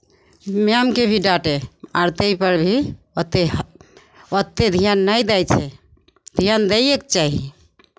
मैमकेँ भी डाँटे आर ताहिपर भी ओतेक ओतेक ध्यान नहि दै छै ध्यान दैएके चाही